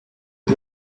are